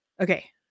Okay